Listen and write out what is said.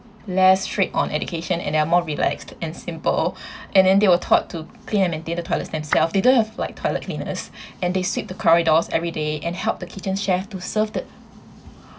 less strict on education and are more relaxed and simple and then they were taught to clean and maintain the toilet themselves they don't have like toilet cleaners and they sweep the corridors every day and help the kitchen chef to serve the